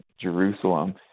Jerusalem